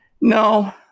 No